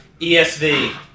ESV